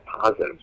positives